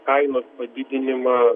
kainos padidinimą